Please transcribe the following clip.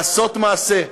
לעשות מעשה,